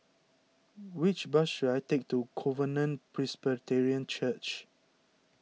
which bus should I take to Covenant Presbyterian Church